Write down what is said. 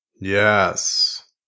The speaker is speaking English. Yes